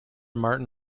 martin